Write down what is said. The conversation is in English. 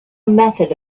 method